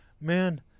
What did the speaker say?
man